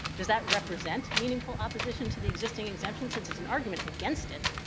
does that represent meaningful opposition to the existing exemption? since it's an argument against it,